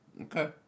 Okay